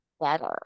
better